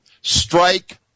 Strike